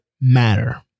matter